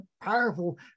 powerful